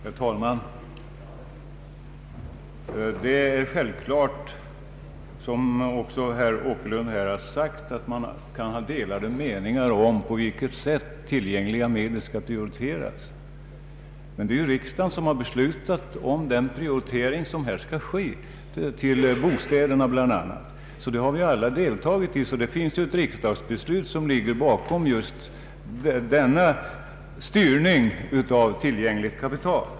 Herr talman! Det är självklart, som också herr Åkerlund sagt, att man kan ha delade meningar om på vilket sätt tillgängliga medel skall prioriteras. Men det är ju riksdagen som beslutat om den prioritering som skall ske, bl.a. till bostadsbyggandet. Vi har alla deltagit i riksdagebehandlingen och gemensamt fattat det beslut som ligger bakom denna styrning av tillgängligt kapital.